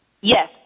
Yes